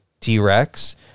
t-rex